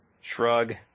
Shrug